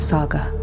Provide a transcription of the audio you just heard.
Saga